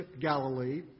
Galilee